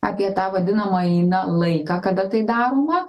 apie tą vadinamąjį na laiką kada tai daroma